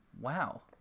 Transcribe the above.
wow